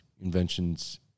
inventions